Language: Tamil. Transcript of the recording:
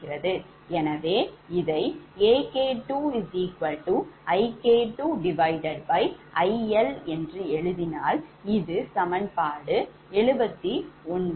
எனவே இதை AK2IK2 IL என்று எழுதினால் இது சமன்பாடு 79